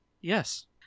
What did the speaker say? Yes